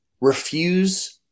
Refuse